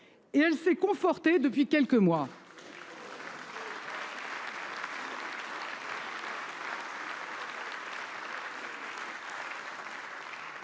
et elle s'est confortée depuis quelques mois.